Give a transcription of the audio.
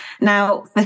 Now